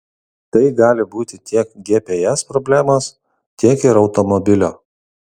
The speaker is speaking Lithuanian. tai gali būti tiek gps problemos tiek ir automobilio